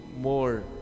more